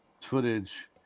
footage